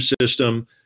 system